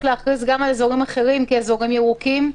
להכריז גם על אזורים אחרים כאזורים ירוקים.